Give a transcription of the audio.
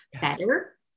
better